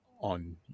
on